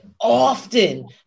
often